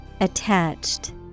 ATTACHED